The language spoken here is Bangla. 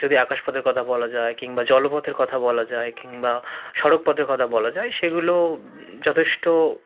যদি আকাশপথের কথা বলা যায় কিংবা জলপথের কথা বলা যায় কিংবা সড়কপথের কথা বলা যায় সেগুলো যথেষ্ট